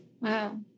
wow